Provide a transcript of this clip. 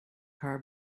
car